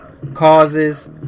causes